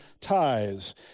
ties